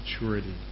Maturity